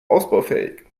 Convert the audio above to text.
ausbaufähig